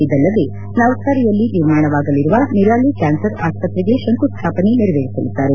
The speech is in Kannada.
ಇದಲ್ಲದೆ ನವಾರಿಯಲ್ಲಿ ನಿರ್ಮಾಣವಾಗಲಿರುವ ನಿರಾಲಿ ಕ್ಲಾನ್ಸರ್ ಆಸ್ಪತ್ರೆಗೆ ಶಂಕು ಸ್ನಾಪನೆ ನೆರವೇರಿಸಲಿದ್ದಾರೆ